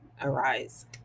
arise